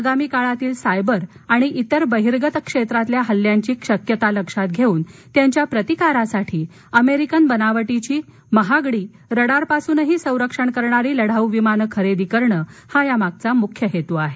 आगामी काळातील सायबर आणि इतर बहिर्गत क्षेत्रातील हल्ल्यांची शक्यता लक्षात घेऊन त्यांच्या प्रतीकारासाठी अमेरिकन बनावटीची महागडी रडारपासूनही संरक्षण करणारी लढाऊ विमानं खरेदी करणं हा या मागचा मुख्य हेतू आहे